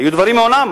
היו דברים מעולם.